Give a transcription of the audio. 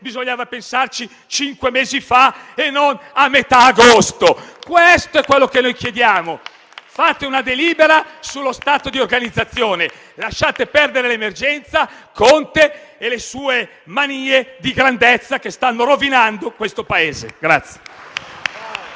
bisognava pensarci cinque mesi fa e non a metà agosto. Questo è quello che chiediamo. Fate una delibera sullo stato di organizzazione; lasciate perdere l'emergenza, Conte e le sue manie di grandezza che stanno rovinando questo Paese.